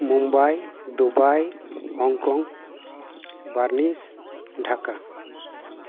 Mumbai Dubai Hong Kong ᱵᱟᱨᱱᱤᱥ ᱰᱷᱟᱠᱟ